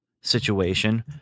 situation